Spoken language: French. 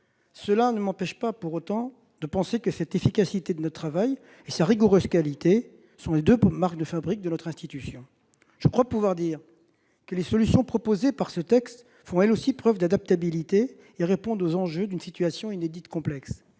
Ils ne m'empêcheront pas de penser que l'efficacité de notre travail et sa rigoureuse qualité sont les deux marques de fabrique de notre institution. Les solutions proposées par ce texte font, elles aussi, preuve d'adaptabilité et répondent aux enjeux d'une situation inédite complexe.